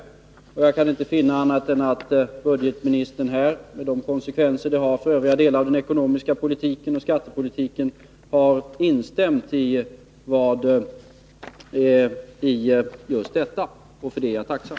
Jag kan inte finna annat änatt budgetministern här har instämt i just detta — med de konsekvenser det har för övriga delar av den ekonomiska politiken och skattepolitiken — och för det är jag tacksam.